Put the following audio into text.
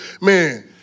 Man